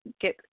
get